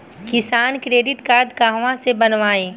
किसान credit card कहवा से बनवाई?